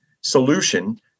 solution